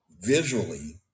visually